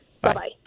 Bye-bye